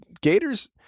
gators